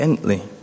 Gently